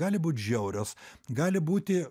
gali būt žiaurios gali būti